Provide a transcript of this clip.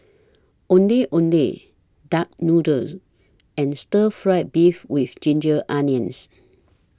Ondeh Ondeh Duck Noodles and Stir Fried Beef with Ginger Onions